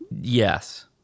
Yes